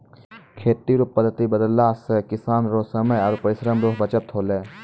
खेती रो पद्धति बदलला से किसान रो समय आरु परिश्रम रो बचत होलै